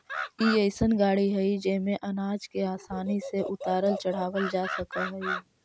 ई अइसन गाड़ी हई जेमे अनाज के आसानी से उतारल चढ़ावल जा सकऽ हई